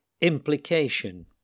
Implication